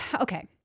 Okay